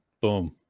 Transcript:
boom